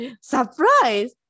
Surprise